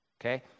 okay